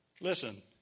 Listen